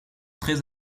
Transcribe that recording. très